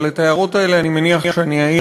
אבל את ההערות האלה אני מניח שאני אעיר